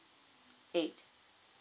eight